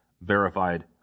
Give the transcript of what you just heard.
verified